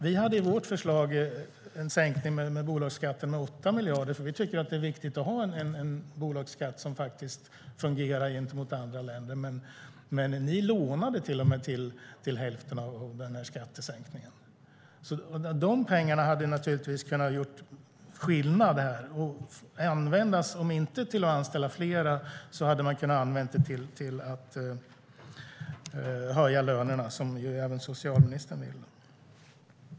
Vi hade i vårt förslag en sänkning av bolagsskatten med 8 miljarder. Vi tycker att det är viktigt att ha en bolagsskatt som fungerar gentemot andra länder. Men ni lånade till och med till hälften av skattesänkningen. De pengarna hade kunnat göra skillnad här. De hade kunnat användas till att om inte anställa fler så till att höja lönerna, som även socialministern vill.